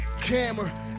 camera